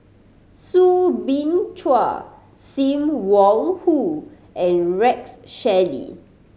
Soo Bin Chua Sim Wong Hoo and Rex Shelley